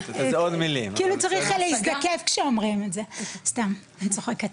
כאילו צריך להזדקף כשאומרים את זה, סתם, אני צוחקת